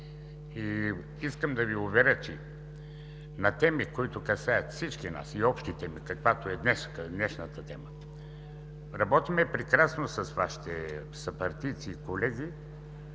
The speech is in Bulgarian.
и искам да Ви уверя, че на теми, които касаят всички нас и общините, каквато е днешната тема. Работим прекрасно с Вашите съпартийци и колеги,